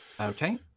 Okay